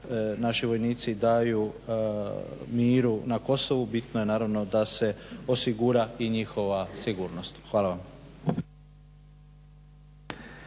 naši vojnici daju miru na Kosovu bitno je naravno da se osigura i njihova sigurnost. Hvala vam.